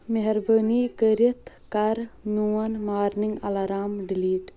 مہربٲنی کٔرِتھ کر میون مارننگ الارام ڈِلیٖٹ